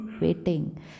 waiting